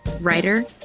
writer